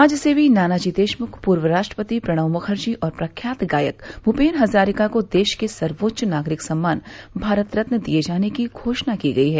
समाजसेवी नानाजी देशमुख पूर्व राष्ट्रपति प्रणब मुखर्जी और प्रख्यात गायक भूपेन हज़ारिका को देश के सर्वोच्च नागरिक सम्मान भारत रत्न दिये जाने की घोषणा की गई है